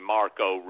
Marco